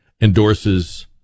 endorses